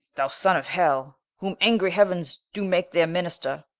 thou sonne of hell, whom angry heauens do make their minister,